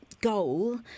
goal